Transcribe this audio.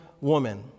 woman